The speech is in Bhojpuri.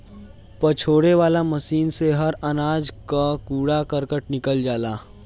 पछोरे वाला मशीन से हर अनाज कअ कूड़ा करकट निकल जाला